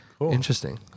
Interesting